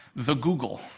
the google.